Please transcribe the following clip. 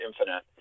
infinite